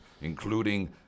including